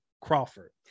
Crawford